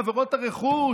מעבירות הרכוש,